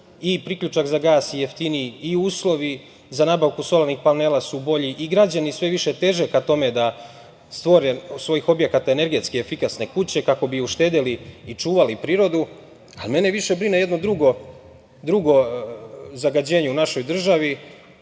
i priključak za gas jeftiniji i uslovi za nabavku solarnih panela su bolji i građani sve više teže ka tome da stvore od svojih objekata energetski efikasne kuće kako bi uštedeli i čuvali prirodu. Mene više brine jedno drugo zagađenje u našoj državi.